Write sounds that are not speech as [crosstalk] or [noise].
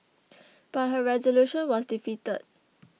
[noise] but her resolution was defeated